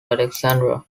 alexandra